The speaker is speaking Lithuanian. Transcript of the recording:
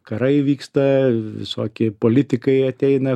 karai vyksta visokie politikai ateina